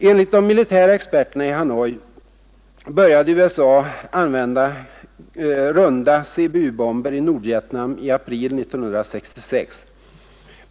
Enligt de militära experterna i Hanoi började USA använda runda CBU-bomber i Nordvietnam i april 1966.